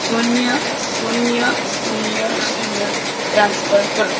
શૂન્ય શૂન્ય શૂન્ય શૂન્ય ટ્રાન્સફર કરો